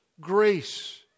grace